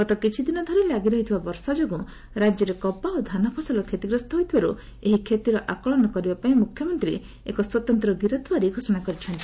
ଗତ କିଛିଦିନ ଧରି ଲାଗି ରହିଥିବା ବର୍ଷା ଯୋଗୁଁ ରାଜ୍ୟରେ କପା ଓ ଧାନ ଫସଲ କ୍ଷତିଗ୍ରସ୍ତ ହୋଇଥିବାରୁ ଏହି କ୍ଷତିର ଆକଳନ କରିବା ପାଇଁ ମୁଖ୍ୟମନ୍ତ୍ରୀ ଏକ ସ୍ୱତନ୍ତ୍ର 'ଗିରଦ୍ୟଓ୍ୱାରୀ' ଘୋଷଣା କରିଛନ୍ତି